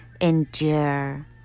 endure